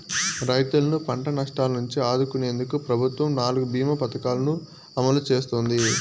రైతులను పంట నష్టాల నుంచి ఆదుకునేందుకు ప్రభుత్వం నాలుగు భీమ పథకాలను అమలు చేస్తోంది